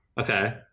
Okay